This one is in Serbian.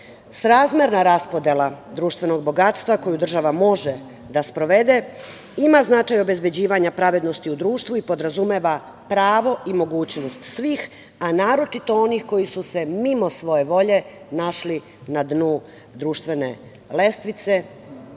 koristi. Srazmerna raspodela društvenog bogatstva koju država može da sprovede ima značaj obezbeđivanja pravednosti u društvu i podrazumeva pravo i mogućnost svih, a naročito onih koji su se mimo svoje volje našli na dnu društvene lestvice,